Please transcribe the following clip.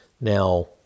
Now